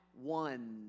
one